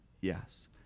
Yes